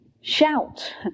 shout